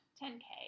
10k